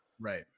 right